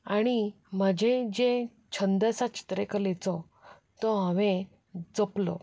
आनी म्हजो जो छंद आसा चित्रकलेचो तो हांवें जपलो